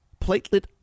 platelet